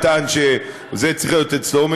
שזה צריך להיות אצלו,